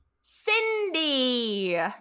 Cindy